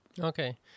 Okay